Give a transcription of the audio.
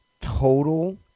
total